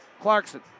Clarkson